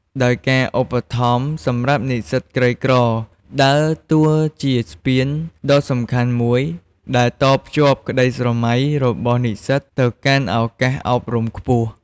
ដោយការឧបត្ថម្ភសម្រាប់និស្សិតក្រីក្រ ដើរតួជា ស្ពានដ៏សំខាន់មួយ ដែល តភ្ជាប់ក្ដីស្រមៃ របស់និស្សិតទៅកាន់ ឱកាសអប់រំខ្ពស់។